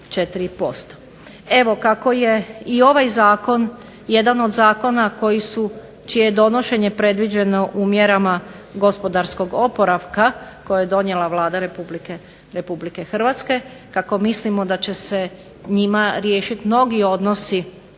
Evo kako je i ovaj zakon jedan od zakona čije je donošenje predviđeno u mjerama gospodarskog oporavka koje je donijela Vlada RH, kako mislimo da će se njima riješiti mnogi odnosi